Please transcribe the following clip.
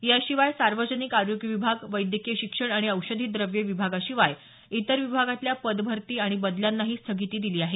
याशिवाय सार्वजनिक आरोग्य विभाग वैद्यकीय शिक्षण आणि औपधी द्रव्ये विभागाशिवाय इतर विभागातल्या पदभरती आणि बदल्यांनाही स्थगिती दिली आहे